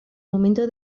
momento